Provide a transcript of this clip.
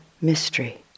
mystery